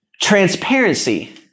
transparency